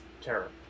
terror